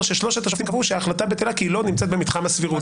ששלושת השופטים קבעו שההחלטה בטלה כי היא לא נמצאת במתחם הסבירות.